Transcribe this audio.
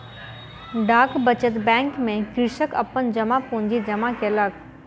डाक बचत बैंक में कृषक अपन जमा पूंजी जमा केलक